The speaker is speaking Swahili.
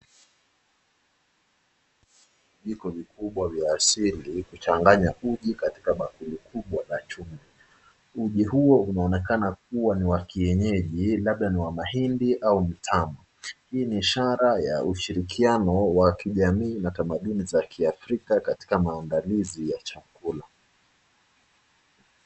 Vijiko vikubwa vya asili, vikichanganya uji katika bakuli kubwa la chuma. Uji huo unaonekana kuwa ni wa kienyeji, labda ni wa mahindi au mtama. Hii ni ishara ya ushirikiano wa kijamii na tamaduni za kiafrika katika maandalizi ya chakula.